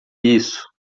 isso